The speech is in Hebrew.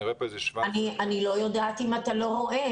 אני רואה פה איזה -- אני לא יודעת אם אתה לא רואה.